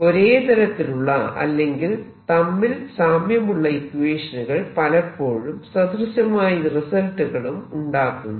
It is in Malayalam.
ഒരേ തരത്തിലുള്ള അല്ലെങ്കിൽ തമ്മിൽ സാമ്യമുള്ള ഇക്വേഷനുകൾ പലപ്പോഴും സദൃശമായ റിസൾട്ടുകളും ഉണ്ടാക്കുന്നു